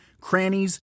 crannies